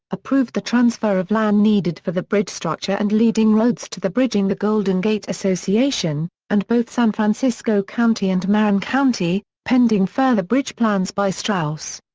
approved the transfer of land needed for the bridge structure and leading roads to the bridging the golden gate association and both san francisco county and marin county, pending further bridge plans by strauss.